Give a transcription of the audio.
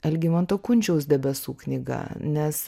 algimanto kunčiaus debesų knyga nes